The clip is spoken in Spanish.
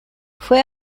fue